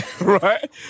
right